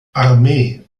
armee